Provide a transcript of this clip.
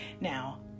now